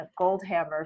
Goldhammer